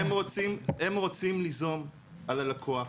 הם רוצים, הם רוצים ליזום על הלקוח.